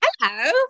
Hello